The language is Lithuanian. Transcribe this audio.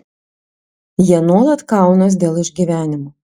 jie nuolat kaunas dėl išgyvenimo